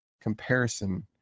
comparison